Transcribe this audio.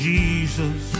Jesus